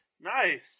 nice